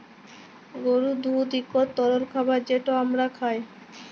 গরুর দুহুদ ইকট তরল খাবার যেট আমরা খাই